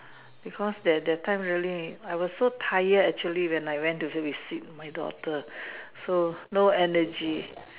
because that that time really I was so tired actually when I go visit my daughter so no energy